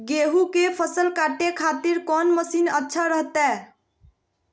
गेहूं के फसल काटे खातिर कौन मसीन अच्छा रहतय?